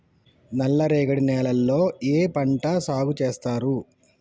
నల్లరేగడి నేలల్లో ఏ పంట సాగు చేస్తారు?